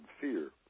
fear